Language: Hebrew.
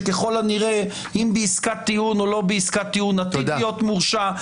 שככל הנראה אם בעסקת טיעון או לא בעסקת טיעון עתיד להיות מורשע.